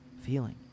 feeling